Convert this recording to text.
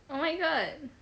oh my god